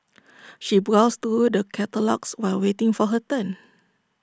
she browsed through the catalogues while waiting for her turn